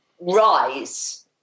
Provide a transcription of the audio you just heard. rise